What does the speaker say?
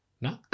No